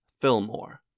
Fillmore